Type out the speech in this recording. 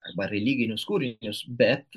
arba religinius kūrinius bet